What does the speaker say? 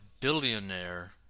billionaire